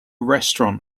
restaurant